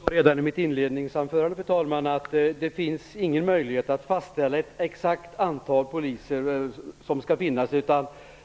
Fru talman! Jag sade redan i mitt inledningsanförande att det inte finns någon möjlighet att fastställa ett exakt antal poliser som skall finnas.